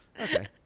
Okay